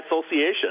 association